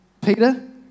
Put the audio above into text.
Peter